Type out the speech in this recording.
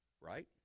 right